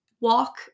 walk